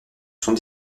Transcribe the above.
sont